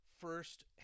first